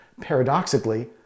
paradoxically